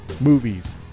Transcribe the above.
movies